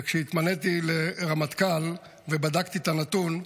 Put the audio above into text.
וכשהתמניתי לרמטכ"ל ובדקתי את הנתון,